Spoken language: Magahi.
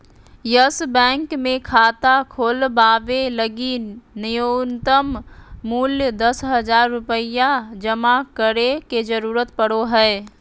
यस बैंक मे खाता खोलवावे लगी नुय्तम मूल्य दस हज़ार रुपया जमा करे के जरूरत पड़ो हय